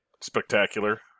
spectacular